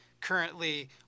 currently